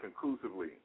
conclusively